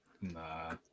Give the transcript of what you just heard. nah